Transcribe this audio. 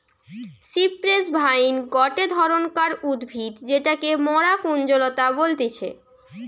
cypress vine গটে ধরণকার উদ্ভিদ যেটাকে মরা কুঞ্জলতা বলতিছে